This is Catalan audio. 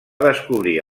descobrir